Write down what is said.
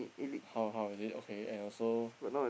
how how is it okay and also